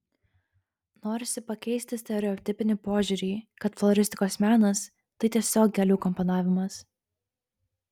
norisi pakeisti stereotipinį požiūrį kad floristikos menas tai tiesiog gėlių komponavimas